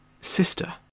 sister